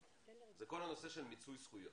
זה כל הנושא של מיצוי זכויות.